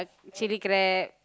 chilli crab